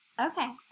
Okay